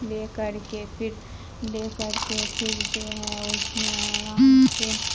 لے کر کے پھر لے کر کے پھر جو ہے اس میں آرام سے